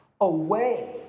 away